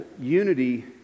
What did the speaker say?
unity